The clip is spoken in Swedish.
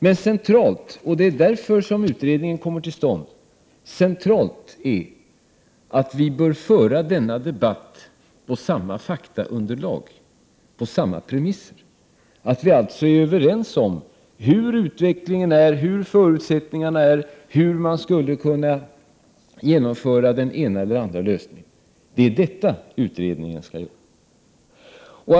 Men centralt, och det är därför utredningen har kommit till stånd, är att vi bör föra denna debatt på samma faktaunderlag och på samma premisser, att vi alltså är överens om hurdan utvecklingen är, vilka förutsättningarna är och hur man skulle kunna genomföra den ena eller den andra lösningen. Detta skall utredningen utreda.